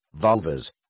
Vulvas